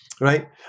Right